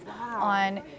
on